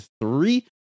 three